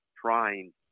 trying